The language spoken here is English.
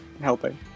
helping